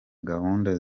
gahunda